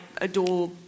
adore